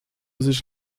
sich